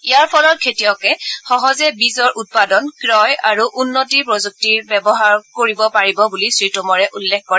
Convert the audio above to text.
ইয়াৰ ফলত খেতিয়কসকলে সহজে বীজৰ উৎপাদন ক্ৰয় আৰু উন্নত প্ৰযুক্তি ব্যৱহাৰ কৰিব পাৰিব বুলি শ্ৰীটোমৰে উল্লেখ কৰে